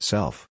Self